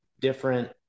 different